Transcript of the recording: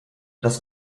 das